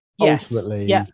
ultimately